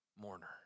mourner